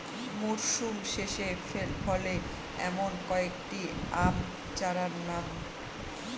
মরশুম শেষে ফলে এমন কয়েক টি আম চারার নাম?